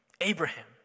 Abraham